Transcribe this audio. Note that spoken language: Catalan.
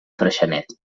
freixenet